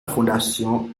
fondation